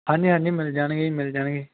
ਹਾਂਜੀ ਹਾਂਜੀ ਮਿਲ ਜਾਣਗੇ ਜੀ ਮਿਲ ਜਾਣਗੇ